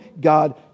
God